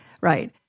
Right